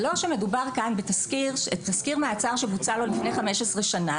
זה לא שמדובר כאן בתסקיר מעצר שבוצע לו לפני 15 שנה,